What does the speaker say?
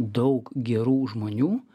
daug gerų žmonių